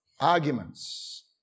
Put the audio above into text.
Arguments